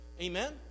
Amen